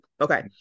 Okay